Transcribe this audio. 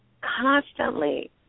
Constantly